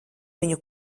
viņu